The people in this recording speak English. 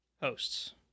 hosts